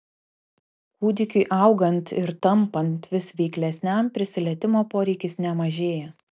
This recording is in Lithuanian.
kūdikiui augant ir tampant vis veiklesniam prisilietimo poreikis nemažėja